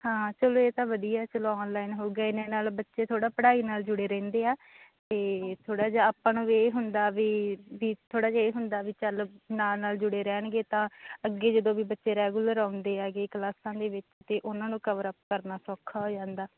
ਹਾਂ ਚਲੋ ਇਹ ਤਾਂ ਵਧੀਆ ਚਲੋ ਔਨਲਾਈਨ ਹੋ ਗਏ ਨੇ ਨਾਲ ਬੱਚੇ ਥੋੜ੍ਹਾ ਪੜ੍ਹਾਈ ਨਾਲ ਜੁੜੇ ਰਹਿੰਦੇ ਆ ਅਤੇ ਥੋੜ੍ਹਾ ਜਿਹਾ ਆਪਾਂ ਨੂੰ ਵੀ ਇਹ ਹੁੰਦਾ ਵੀ ਥੋੜ੍ਹਾ ਜਿਹਾ ਇਹ ਹੁੰਦਾ ਵੀ ਚੱਲ ਨਾਲ ਨਾਲ ਜੁੜੇ ਰਹਿਣਗੇ ਤਾਂ ਅੱਗੇ ਜਦੋਂ ਵੀ ਬੱਚੇ ਰੈਗੂਲਰ ਆਉਂਦੇ ਹੈਗੇ ਕਲਾਸਾਂ ਦੇ ਵਿੱਚ ਤਾਂ ਉਹਨਾਂ ਨੂੰ ਕਵਰ ਅਪ ਕਰਨਾ ਸੌਖਾ ਹੋ ਜਾਂਦਾ